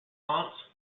aunt